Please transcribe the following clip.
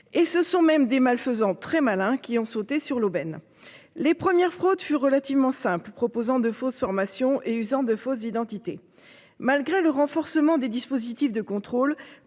Et ce sont même des malfaisants très malin qui ont sauté sur l'aubaine. Les premières fraudes fut relativement simple proposant de fausses formation et usant de fausses identités. Malgré le renforcement des dispositifs de contrôle